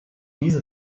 diese